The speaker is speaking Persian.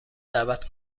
دعوت